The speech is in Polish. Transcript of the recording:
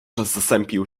zasępił